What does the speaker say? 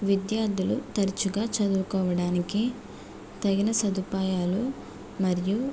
విద్యార్థులు తరచుగా చదువుకోవడానికి తగిన సదుపాయాలు మరియు